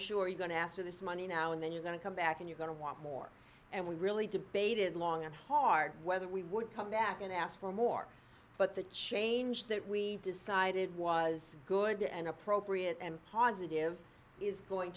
sure you're going to ask for this money now and then you're going to come back and you're going to want more and we really debated long and hard whether we would come back and ask for more but the change that we decided was good and appropriate and positive is going